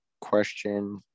question